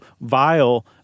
vile